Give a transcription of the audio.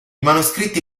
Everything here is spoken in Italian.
manoscritti